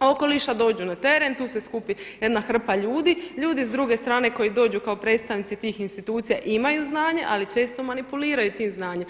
okoliša dođu na teren tu se skupi jedna hrpa ljudi, ljudi s druge strane koji dođu kao predstavnici tih institucija imaju znanje, ali često manipuliraju tim znanjem.